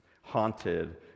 haunted